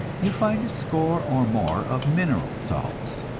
you find a score or more of mineral salts.